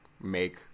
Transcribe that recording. make